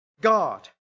God